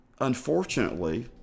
Unfortunately